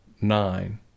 nine